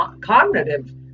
cognitive